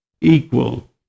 equal